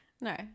No